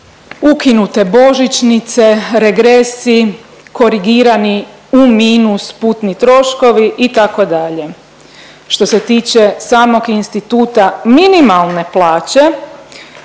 ukinute božićnice, regresi, korigirani u minus putni troškovi itd.. Što se tiče samog instituta minimalne plaće